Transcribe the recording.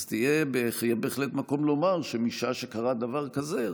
אז יהיה בהחלט מקום לומר שמשעה שקרה דבר כזה,